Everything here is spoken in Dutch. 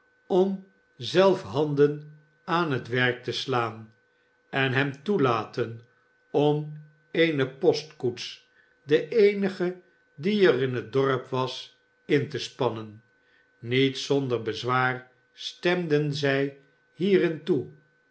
om zelf handen aan het werk te slaan en hem toelaten om eene postkoets de eenige die er in het dorp was in te spannen niet zonder bezwaar stem den zij hierin toe